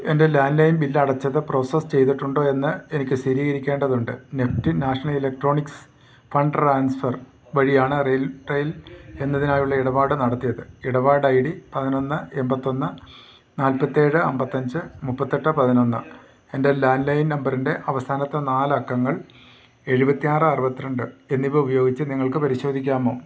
എൻ്റെ landline ബില്ലടച്ചത് process ചെയ്തിട്ടുണ്ടോ എന്ന് എനിക്ക് സ്ഥിരീകരിക്കേണ്ടതുണ്ട് NEFT national electronics fund transfer വഴിയാണ് റെയിൽ ടെൽ എന്നതിനായുള്ള ഇടപാട് നടത്തിയത് ഇടപാഡൈ ഡി പതിനൊന്ന് എൺപത്തി ഒന്ന് നാൽപത്തി ഏഴ് അൻപത്തി അഞ്ച് മുപ്പത്തി എട്ട് പതിനൊന്ന് എൻ്റെ ലാൻഡ് ലൈൻ നമ്പറിൻ്റെ അവസാനത്തെ നാല് അക്കങ്ങൾ എഴുപത്തി ആറ് അറുപത്തി രണ്ട് എന്നിവ ഉപയോഗിച്ച് നിങ്ങൾക്ക് പരിശോധിക്കാമോ